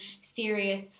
serious